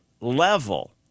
level